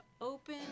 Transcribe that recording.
open